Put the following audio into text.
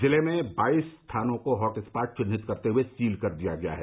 जिले में बाईस स्थानों को हॉटस्पॉट चिन्हित करते हुए सील कर दिया गया है